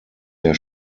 der